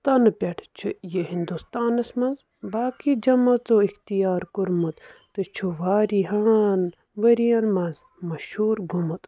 تَنہٕ پٮ۪ٹھٕ چھُ یہِ ہِنٛدُستانَس منٛز باقٕے جمٲژو اِختِیار کوٚرمُت تہٕ چھُ واریِہَن ؤرِیَن منٛز مشہوٗر گوٚمُت